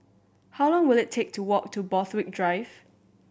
how long will it take to walk to Borthwick Drive